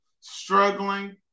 struggling